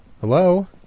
Hello